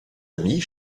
amis